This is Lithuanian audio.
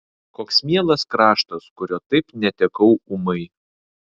koks mielas kraštas kurio taip netekau ūmai